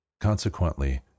Consequently